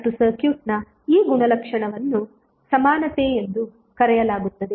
ಮತ್ತು ಸರ್ಕ್ಯೂಟ್ನ ಈ ಗುಣಲಕ್ಷಣವನ್ನು ಸಮಾನತೆ ಎಂದು ಕರೆಯಲಾಗುತ್ತದೆ